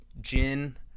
gin